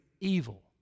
evil